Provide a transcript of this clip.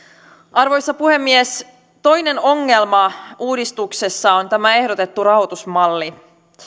arvoisa puhemies toinen ongelma uudistuksessa on tämä ehdotettu rahoitusmalli